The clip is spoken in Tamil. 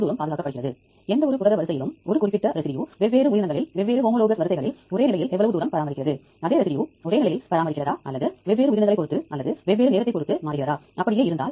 நாங்கள் Uniprotடில் கிடைக்கக் கூடிய நன்மைகள் பற்றிய செயல் விளக்கம் தருகிறோம் மற்றும் Uniprot டில் உள்ள சுருக்கமான வளர்ச்சி மற்றும் புள்ளி விவரங்கள் மற்றும் டேட்டா களின் எண்ணிக்கையில் Swiss Prot அத்துடன் TrEMBL மற்றும் எளிய வெவ்வேறு தேடல் விருப்பங்களில் கிடைக்கிறது